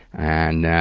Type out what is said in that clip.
and, ah,